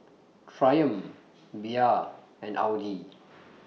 Triumph Bia and Audi